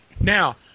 Now